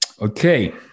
okay